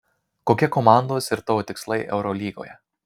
kokie komandos ir tavo tikslai eurolygoje